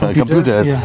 computers